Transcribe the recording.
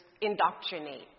indoctrinate